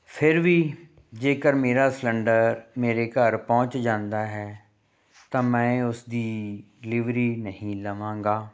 ਫਿਰ ਵੀ ਜੇਕਰ ਮੇਰਾ ਸਲੰਡਰ ਮੇਰੇ ਘਰ ਪਹੁੰਚ ਜਾਂਦਾ ਹੈ ਤਾਂ ਮੈਂ ਉਸਦੀ ਡਿਲੀਵਰੀ ਨਹੀਂ ਲਵਾਂਗਾ